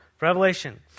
Revelation